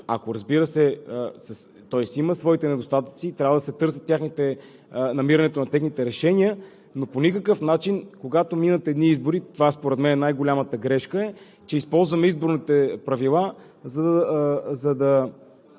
Разбира се, той си има своите недостатъци и трябва да се търси намирането на техните решения, но по никакъв начин, когато минат едни избори – това според мен е най-голямата грешка, че използваме изборните правила, за да